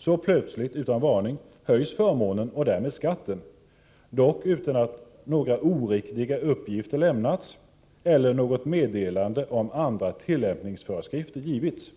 Så plötsligt, utan varning, höjs förmånen och därmed skatten, dock utan att några oriktiga uppgifter lämnats eller något meddelande om andra tillämpningsföreskrifter givits.